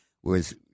Whereas